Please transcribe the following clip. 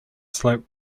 slope